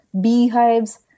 Beehives